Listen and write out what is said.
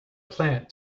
plant